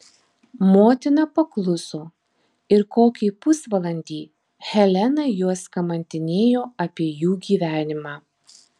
motina pakluso ir kokį pusvalandį helena juos kamantinėjo apie jų gyvenimą